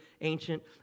ancient